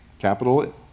capital